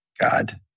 God